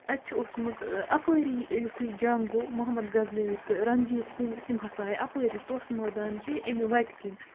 اَتہِ چھُ اوسمُت اَپٲری یُتھُے جَنگ گوٚو محمد غزنَوی تہٕ رَنجیٖت سِنٛگھ تِم ہسا آے اَپٲری توسہٕ مٲدانچی اَمہِ وَتہِ کِنۍ